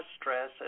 stress